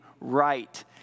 right